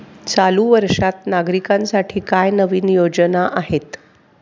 चालू वर्षात नागरिकांसाठी काय नवीन योजना आहेत?